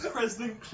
President